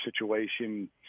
situation